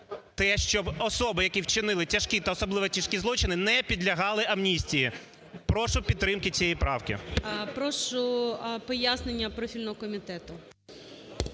те, щоб особи, які вчинили тяжкі та особливо тяжкі злочини, не підлягали амністії. Прошу підтримки цієї правки. ГОЛОВУЮЧИЙ. Прошу, пояснення профільного комітету.